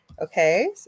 Okay